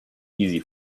easy